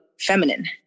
feminine